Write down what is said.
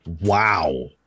Wow